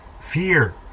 Fear